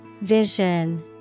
Vision